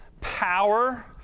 power